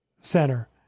Center